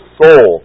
soul